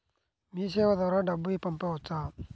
మీసేవ ద్వారా డబ్బు పంపవచ్చా?